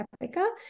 Africa